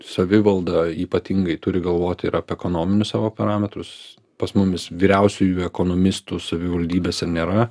savivalda ypatingai turi galvoti ir apie ekonominius savo parametrus pas mumis vyriausiųjų ekonomistų savivaldybėse nėra